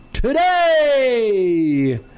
today